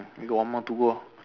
we got one more to go